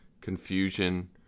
confusion